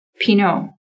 Pinot